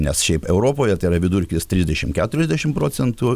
nes šiaip europoje tai yra vidurkis trisdešim keturiasdešim procentų